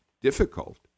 difficult